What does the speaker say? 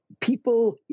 people